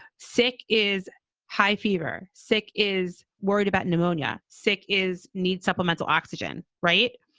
sick is high fever. sick is worried about pneumonia. sick is need supplemental oxygen, right?